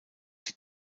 die